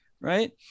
right